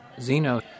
Zeno